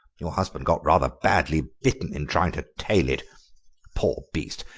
your husband got rather badly bitten in trying to tail it poor beast,